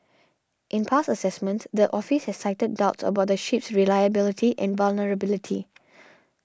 in past assessments the office has cited doubts about the ship's reliability and vulnerability